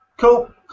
Cool